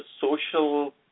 social